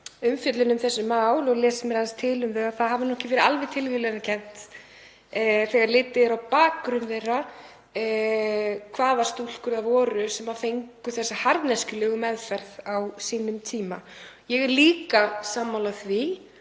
umfjöllun um þessi mál og lesa mér aðeins til um þau, að það hafi ekki verið alveg tilviljanakennt, þegar litið er á bakgrunn þeirra, hvaða stúlkur það voru sem fengu þessa harðneskjulegu meðferð á sínum tíma. Ég er líka sammála því,